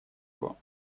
его